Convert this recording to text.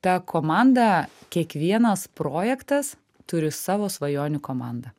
ta komanda kiekvienas projektas turi savo svajonių komandą